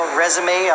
resume